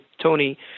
Tony